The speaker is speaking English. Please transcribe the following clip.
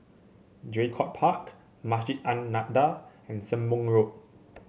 Draycott Park Masjid An Nahdhah and Sembong Road